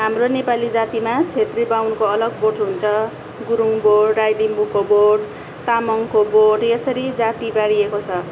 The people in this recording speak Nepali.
हाम्रो नेपाली जातिमा छेत्री बाहुनको अलग बोर्ड हुन्छ गुरुङ बोर्ड राई लिम्बूको बोर्ड तामाङको बोर्ड यसरी जाति बाँडिएको छ